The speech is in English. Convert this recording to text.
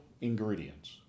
ingredients